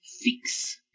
fix